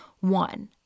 one